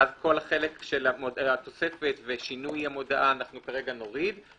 ואז כל התוספת ושינוי המודעה כרגע נוריד.